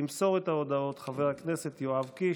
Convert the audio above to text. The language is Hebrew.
ימסור את ההודעה חבר הכנסת יואב קיש,